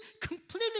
completely